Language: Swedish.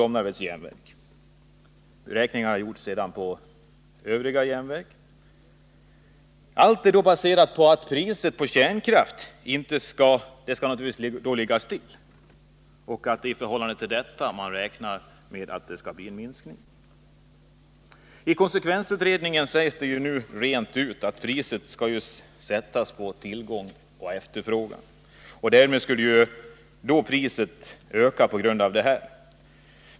För arbetare vid Domnarvets Jernverk skulle motsvarande avdrag bli 10 000 kr. Sådana beräkningar har också gjorts för övriga järnverk. Alla dessa kalkyler är baserade på att priset på kärnkraft skall ligga still. I konsekvensutredningens betänkande sägs det nu rent ut att elpriset skall sättas med ledning av tillgång och efterfrågan och att det därmed också skulle komma att stiga.